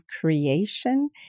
creation